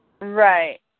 Right